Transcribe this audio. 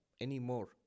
anymore